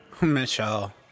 Michelle